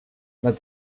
but